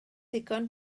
ddigon